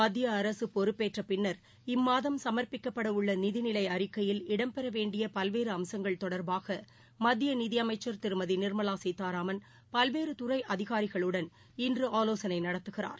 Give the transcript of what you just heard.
மத்தியஅரசுபொறுப்பேற்றபின்னர் சம்ப்பிக்கப்படஉள்ளநிதிநிலைஅறிக்கையில் இம்மாதம் இடம்பெறவேண்டியபல்வேறுஅம்சங்கள் தொடர்பாகமத்தியநிதிஅமைச்சர் திருமதிநிா்மலாசீதாராமன் பல்வேறுதுறைஅதிகாரிகளுடன் இன்றுஆலோசனைநடத்துகிறார்